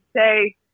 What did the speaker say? say